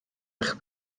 eich